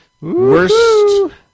Worst